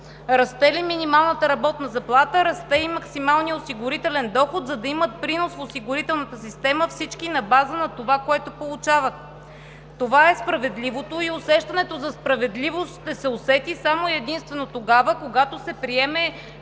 расте ли минималната работна заплата, расте и максималният осигурителен доход, за да имат принос всички в осигурителната система на базата на това, което получават. Това е справедливото. Усещането за справедливост ще се усети само и единствено тогава, когато се приеме